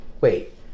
wait